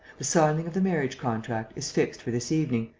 the signing of the marriage-contract is fixed for this evening,